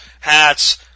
hats